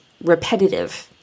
repetitive